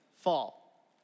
fall